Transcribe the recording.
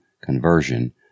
conversion